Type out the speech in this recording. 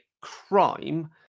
crime